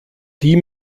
die